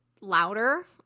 louder